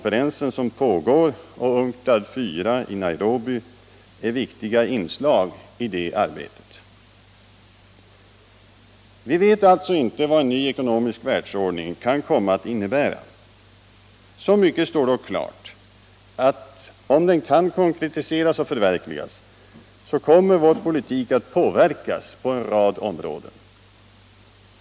Vi vet alltså inte vad en ny ekonomisk världsordning kan komma att innebära. Så mycket står dock klart att om den kan konkretiseras och förverkligas så kommer vår politik att påverkas på en rad områden.